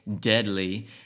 deadly